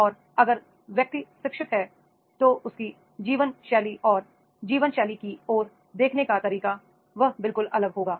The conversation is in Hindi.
और अगर व्यक्ति शिक्षित है तो उसकी जीवन शैली और जीवन शैली की ओर देखने का तरीका वह बिल्कुल अलग होगा